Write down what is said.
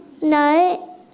no